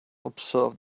observe